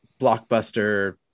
blockbuster